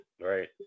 right